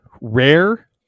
rare